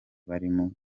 barimo